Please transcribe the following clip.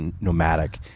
nomadic